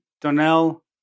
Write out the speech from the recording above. Donnell